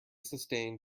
sustained